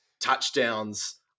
touchdowns